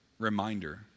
Reminder